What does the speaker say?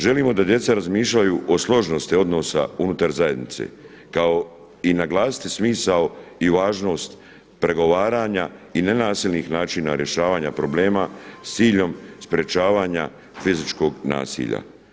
Želimo da djeca razmišljaju o složnosti odnosa unutar zajednice kao i naglasiti smisao i važnost pregovaranja i ne nasilnih načina rješavanja problema sa ciljem sprječavanja fizičkog nasilja.